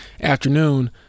afternoon